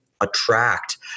attract